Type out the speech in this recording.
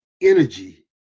energy